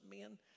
men